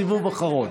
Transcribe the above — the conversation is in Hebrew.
סיבוב אחרון.